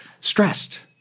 stressed